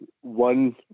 one